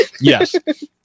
yes